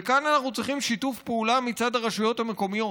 וכאן אנחנו צריכים שיתוף פעולה מצד הרשויות המקומיות.